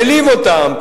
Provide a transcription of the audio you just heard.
העליב אותם,